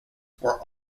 were